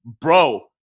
bro